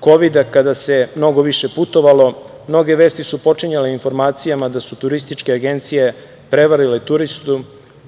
Kovida, kada se mnogo više putovalo, mnoge vesti su počinjale informacijama da su turističke agencije prevarile turiste,